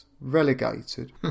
relegated